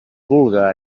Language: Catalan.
vulga